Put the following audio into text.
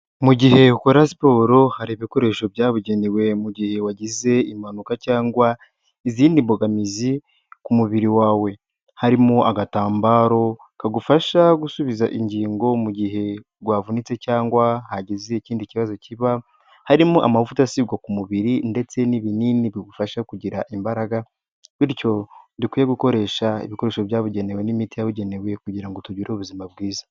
Mu gihe ukora siporo hari ibikoresho byabugenewe mu gihe wagize impanuka cyangwa izindi mbogamizi ku mubiri wawe, harimo agatambaro kagufasha gusubiza ingingo mu gihe wavunitse cyangwa hagize ikindi kibazo kiba, harimo amavuta asigwa ku mubiri ndetse n'ibinini bigufasha kugira imbaraga, bityo dukwiye gukoresha ibikoresho byabugenewe n'imiti yabugenewe kugira ngo tugire ubuzima bwiza.